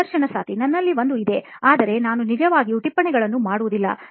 ಸಂದರ್ಶನಾರ್ಥಿ ನನ್ನಲ್ಲಿ ಒಂದು ಇದೆ ಆದರೆ ನಾನು ನಿಜವಾಗಿಯೂ ಟಿಪ್ಪಣಿಗಳನ್ನು ಮಾಡುವುದಿಲ್ಲ